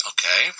Okay